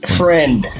friend